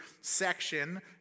section